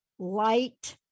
light